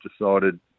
decided